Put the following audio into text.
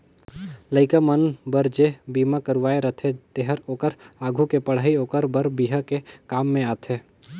लइका मन बर जे बिमा करवाये रथें तेहर ओखर आघु के पढ़ई ओखर बर बिहा के काम में आथे